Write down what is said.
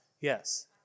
Yes